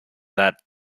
that